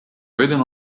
ridden